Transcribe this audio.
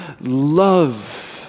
love